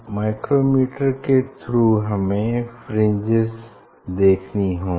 micrometer के through हमें fringes देखनी होगी